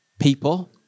People